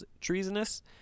treasonous